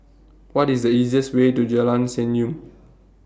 What IS The easiest Way to Jalan Senyum